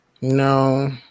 No